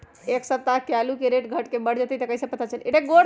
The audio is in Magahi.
एक सप्ताह मे आलू के रेट घट ये बढ़ जतई त कईसे पता चली?